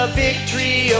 victory